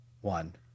one